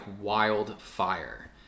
wildfire